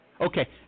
Okay